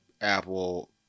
apple